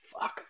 Fuck